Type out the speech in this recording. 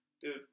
dude